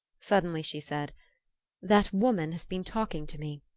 suddenly she said that woman has been talking to me.